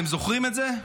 אתם זוכרים את זה?